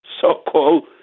so-called